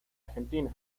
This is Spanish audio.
argentina